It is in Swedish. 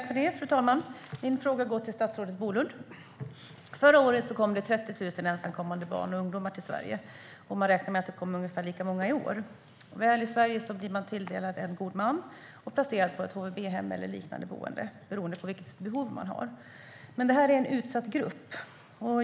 Fru talman! Min fråga går till statsrådet Bolund. Förra året kom det 30 000 ensamkommande barn och ungdomar till Sverige, och man räknar med att det kommer ungefär lika många i år. Väl i Sverige blir man tilldelad en god man och placerad på ett HVB-hem eller ett liknande boende, beroende på vilket behov man har. Det här är en utsatt grupp.